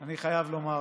אני חייב לומר,